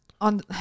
on